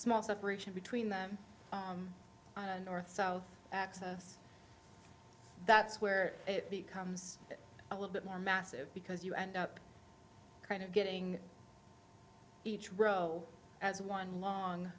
small separation between them and north south access that's where it becomes a little bit more massive because you end up kind of getting each row as one long